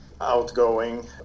outgoing